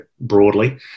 broadly